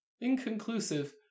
Inconclusive